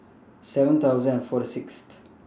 seven thousand and Fort Sixth